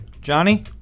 Johnny